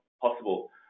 possible